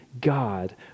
God